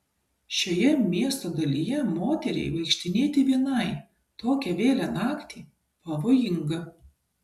šioje miesto dalyje moteriai vaikštinėti vienai tokią vėlią naktį pavojinga